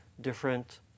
different